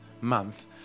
month